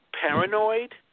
paranoid